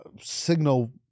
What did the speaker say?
signal